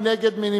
מי נגד?